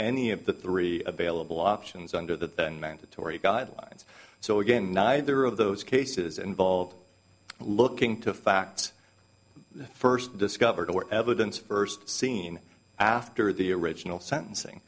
any of the three available options under that mandatory guidelines so again neither of those cases involve looking to facts first discovered or evidence first seen after the original sentencing